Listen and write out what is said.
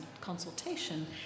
consultation